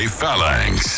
Phalanx